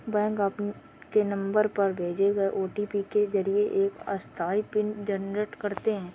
bank आपके number पर भेजे गए ओ.टी.पी के जरिए एक अस्थायी पिन जनरेट करते हैं